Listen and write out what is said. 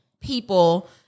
people